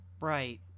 right